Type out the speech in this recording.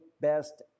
best